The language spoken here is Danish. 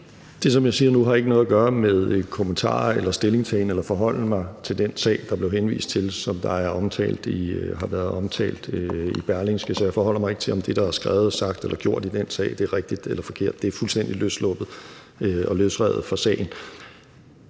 Det, som jeg siger nu, har ikke noget at gøre med kommentarer, stillingtagen eller forholden mig til den sag, der bliver henvist til, og som har været omtalt i Berlingske, så jeg forholder mig ikke til, om det, der er skrevet, sagt eller gjort i den sag, er rigtigt eller forkert. Det er fuldstændig løsrevet fra den